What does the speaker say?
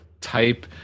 type